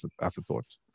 afterthought